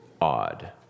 odd